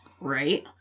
Right